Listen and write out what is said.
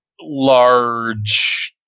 large